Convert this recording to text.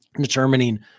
determining